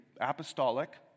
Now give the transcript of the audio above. apostolic